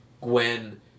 Gwen